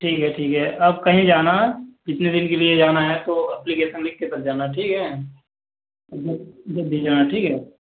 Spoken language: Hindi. ठीक है ठीक है अब कहीं जाना कितने दिन के लिए जाना है तो अप्लीकेशन लिख के तब जाना ठीक है मतलब जब भी जाना ठीक है